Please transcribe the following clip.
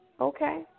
Okay